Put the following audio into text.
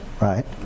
right